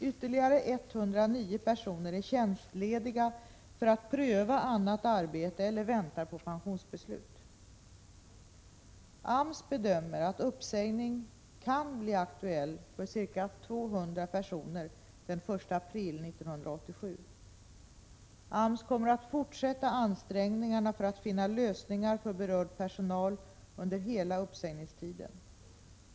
Ytterligare 109 personer är tjänstlediga för att pröva annat arbete eller väntar på pensionsbeslut. AMS bedömer att uppsägning kan bli aktuell för ca 200 personer den 1 april 1987. AMS kommer att fortsätta ansträngningarna för att finna lösningar för berörd personal under hela uppsägningstiden.